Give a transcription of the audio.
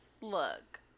Look